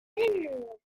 aimons